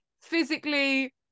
physically